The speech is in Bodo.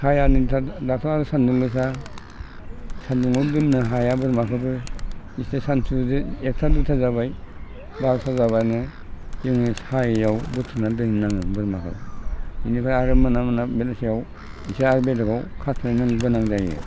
हायानिंथां दाथ' आरो सानदुं गोसा सानदुङाव दोननो हाया बोरमाखौबो बिसिना सानसुजो एकथा दुइथा जाबाय बार'था जाब्लानो जोङो सायायाव बुथुमनानै दोनहैनांगोन बोरमाखौ बिनिफ्राय आरो मोना मोना बेलासियाव एसे आरो बेलेगाव खस्लायनो गोनां जायो